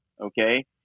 Okay